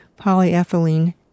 polyethylene